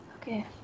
Okay